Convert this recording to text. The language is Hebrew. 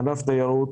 ענף התיירות.